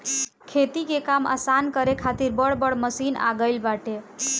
खेती के काम आसान करे खातिर बड़ बड़ मशीन आ गईल बाटे